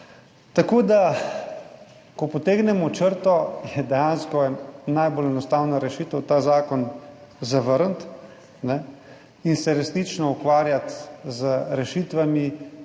Ko potegnemo črto, je dejansko najbolj enostavna rešitev ta zakon zavrniti in se resnično ukvarjati z rešitvami,